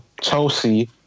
Chelsea